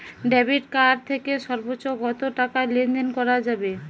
Debit card থেকে সর্বোচ্চ কত টাকা লেনদেন করা যাবে?